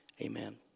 Amen